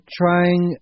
trying